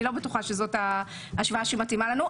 אני לא בטוחה שזאת השוואה שמתאימה לנו.